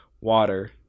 water